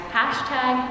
hashtag